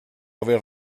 aver